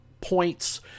points